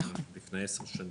לפני עשר שנים,